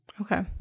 Okay